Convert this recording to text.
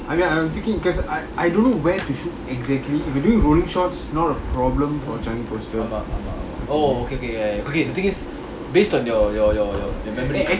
I mean I am thinking because I I don't where to shoot exactly we doing rolling shots not a problem for changi coastal